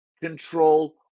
control